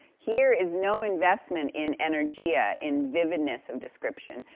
here is no investment in energia, in vividness of description,